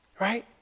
right